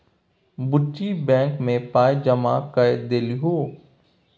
बुच्ची बैंक मे पाय जमा कए देलहुँ